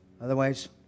Otherwise